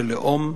של לאום,